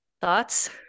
Thoughts